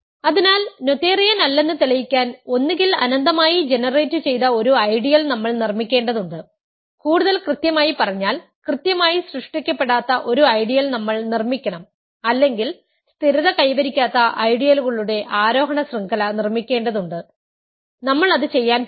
അതിനാൽ നോതേരിയൻ അല്ലെന്ന് തെളിയിക്കാൻ ഒന്നുകിൽ അനന്തമായി ജനറേറ്റുചെയ്ത ഒരു ഐഡിയൽ നമ്മൾ നിർമ്മിക്കേണ്ടതുണ്ട് കൂടുതൽ കൃത്യമായി പറഞ്ഞാൽ കൃത്യമായി സൃഷ്ടിക്കപ്പെടാത്ത ഒരു ഐഡിയൽ നമ്മൾ നിർമ്മിക്കണം അല്ലെങ്കിൽ സ്ഥിരത കൈവരിക്കാത്ത ഐഡിയലുകളുടെ ആരോഹണ ശൃംഖല നിർമ്മിക്കേണ്ടതുണ്ട് നമ്മൾ അത് ചെയ്യാൻ പോകുന്നു